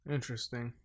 Interesting